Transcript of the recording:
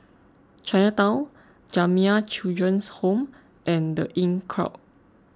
Chinatown Jamiyah Children's Home and the Inncrowd